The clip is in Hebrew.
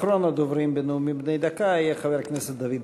אחרון הדוברים בנאומים בני דקה יהיה חבר הכנסת דוד ביטן.